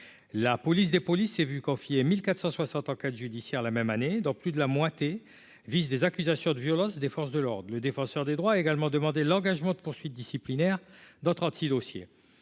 la police des polices, s'est vu confier 1460 enquête judiciaire, la même année dans plus de la moité des accusations de violences des forces de l'ordre, le défenseur des droits a également demandé l'engagement de poursuites disciplinaires d'autres anti-dossiers